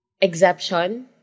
exception